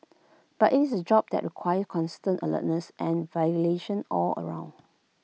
but IT is A job that requires constant alertness and all round